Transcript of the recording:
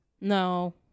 No